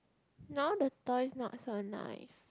now the toys not so nice